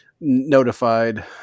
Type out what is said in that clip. notified